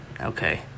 Okay